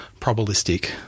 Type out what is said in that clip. probabilistic